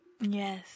Yes